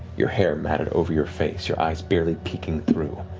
your hair matted over your face, your eyes barely peeking through.